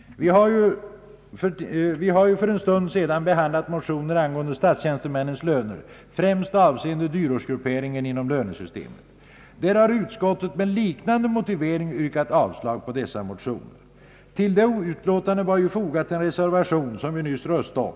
Vi har för en stund sedan behandlat motioner angående statstjänstemännens löner, främst avseende dyrortsgrupperingen inom lönesystemet. Utskottet har med en motivering liknande den som använts i detta utlåtande yrkat avslag på dessa motioner. Till det utlåtandet var dock fogad en reservation, som vi nyss röstade om.